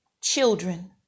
children